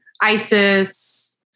ISIS